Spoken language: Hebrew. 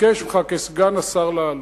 ביקש ממך כסגן השר לעלות,